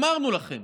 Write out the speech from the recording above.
אמרנו לכם: